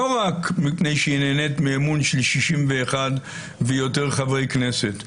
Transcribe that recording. לא רק מפני שהיא נהנית מאמון של 61 ויותר חברי כנסת,